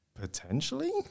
Potentially